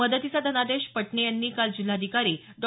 मदतीचा धनादेश पटने यांनी काल जिल्हाधिकारी डॉ